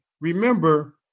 remember